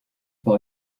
par